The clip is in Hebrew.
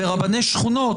ברבני שכונות,